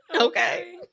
okay